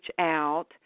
out